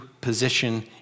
position